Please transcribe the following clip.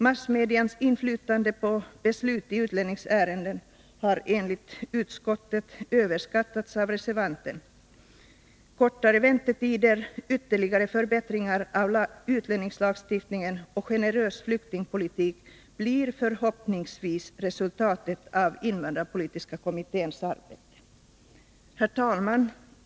Massmedias inflytande på beslut i utlänningsärenden har enligt utskottet överskattats av reservanten. Kortare väntetider, ytterligare förbättringar av utlänningslagstiftningen och generös flyktingpolitik blir förhoppningsvis resultatet av invandrarpolitiska kommitténs arbete. Herr talman!